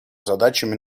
задачами